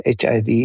HIV